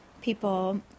people